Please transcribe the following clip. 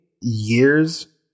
years